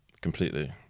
Completely